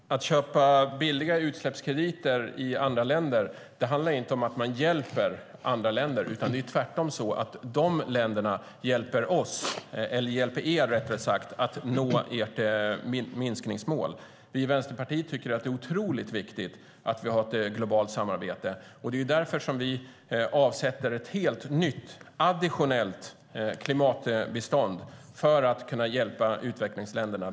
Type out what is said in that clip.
Herr talman! Att köpa billiga utsläppskrediter i andra länder handlar inte om att hjälpa andra länder. Det är tvärtom så att de länderna hjälper er att nå ert minskningsmål. Vi i Vänsterpartiet tycker att det är otroligt viktigt att vi har ett globalt samarbete. Det är därför som vi avsätter pengar till ett helt nytt additionellt klimatbistånd för att kunna hjälpa utvecklingsländerna.